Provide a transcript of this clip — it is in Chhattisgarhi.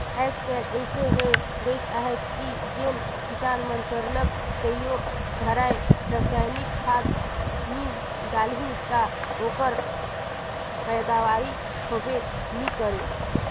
आएज काएल अइसे होए गइस अहे कि जेन किसान मन सरलग कइयो धाएर रसइनिक खाद नी डालहीं ता ओकर पएदावारी होबे नी करे